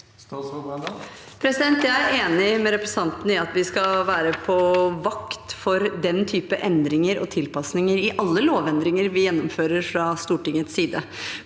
Brenna Jeg er enig med representanten i at vi skal være på vakt for den type endringer og tilpasninger i alle lovendringer vi gjennomfører fra Stortingets side,